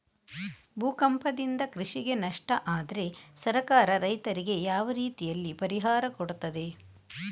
ಭೂಕಂಪದಿಂದ ಕೃಷಿಗೆ ನಷ್ಟ ಆದ್ರೆ ಸರ್ಕಾರ ರೈತರಿಗೆ ಯಾವ ರೀತಿಯಲ್ಲಿ ಪರಿಹಾರ ಕೊಡ್ತದೆ?